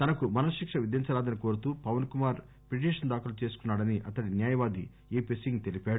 తనకు మరణశిక్ష విధించరాదని కోరుతూ పవన్ కుమార్ పిటిషన్ దాఖలు చేసుకున్నా డని అతడి న్యాయవాది ఏపీ సింగ్ తెలిపాడు